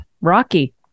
rocky